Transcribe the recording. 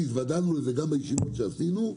התוודענו לזה בישיבות שקיימנו,